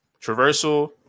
traversal